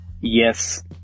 yes